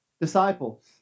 disciples